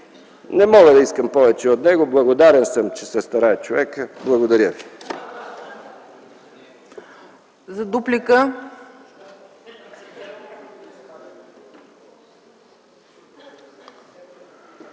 Не мога да искам повече от него. Благодарен съм, че се старае човекът. Благодаря ви.